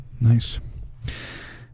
nice